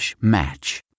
match